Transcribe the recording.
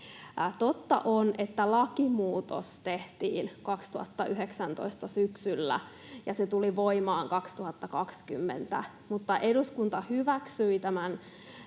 Totta on, että lakimuutos tehtiin 2019 syksyllä ja se tuli voimaan 2020, mutta eduskunta hyväksyi tämän